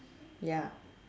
ya